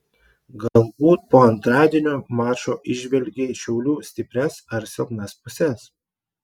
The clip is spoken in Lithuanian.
galbūt po antradienio mačo įžvelgei šiaulių stiprias ar silpnas puses